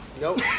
Nope